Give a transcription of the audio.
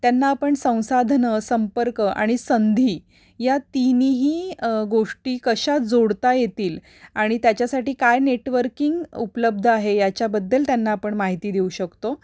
त्यांना आपण संसाधनं संपर्क आणि संधी या तिन्ही गोष्टी कशा जोडता येतील आणि त्याच्यासाठी काय नेटवर्किंग उपलब्ध आहे याच्याबद्दल त्यांना आपण माहिती देऊ शकतो